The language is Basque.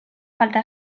falta